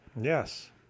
Yes